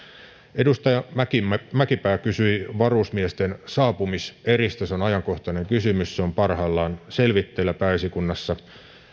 edustaja mäkipää mäkipää kysyi varusmiesten saapumiseristä se on ajankohtainen kysymys se on parhaillaan selvitteillä pääesikunnassa